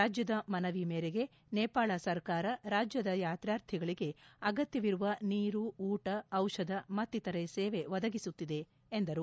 ರಾಜ್ಞದ ಮನವಿ ಮೇರೆಗೆ ನೇಪಾಳ ಸರ್ಕಾರ ರಾಜ್ಞದ ಯಾತ್ರಾರ್ಥಿಗಳಿಗೆ ಅಗತ್ಯವಿರುವ ನೀರು ಊಟ ದಿಷಧ ಮಕ್ತಿತರೆ ಸೇವೆ ಒದಗಿಸುತ್ತಿದೆ ಎಂದರು